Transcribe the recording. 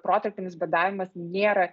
protarpinis badavimas nėra